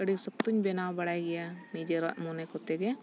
ᱟᱹᱰᱤ ᱥᱚᱠᱛᱚᱧ ᱵᱮᱱᱟᱣ ᱵᱟᱲᱟᱭ ᱜᱮᱭᱟ ᱱᱤᱡᱮᱨᱟᱜ ᱢᱚᱱᱮ ᱠᱚᱛᱮ ᱜᱮ